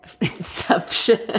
Inception